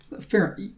Fair